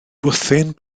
bwthyn